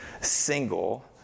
single